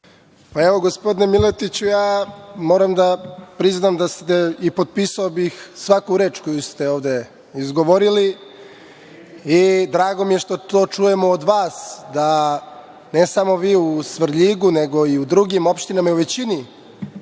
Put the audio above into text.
Gospodine Miletiću, moram da priznam i potpisao bih svaku reč koju ste ovde izgovorili i drago mi je što čujemo od vas da je, ne samo vi u Svrljigu, nego i u drugim opštinama i u većini